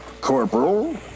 Corporal